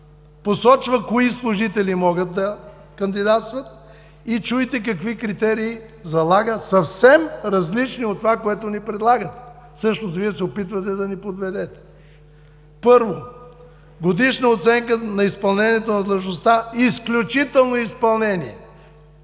посочва кои служители могат да кандидатстват и чуйте какви критерии залага – съвсем различни от това, което ни предлагате. Всъщност Вие се опитвате да ни подведете. Първо, годишна оценка на изпълнението на длъжността – „Изключително изпълнение”,